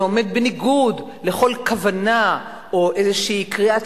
זה עומד בניגוד לכל כוונה או איזה קריאת